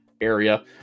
area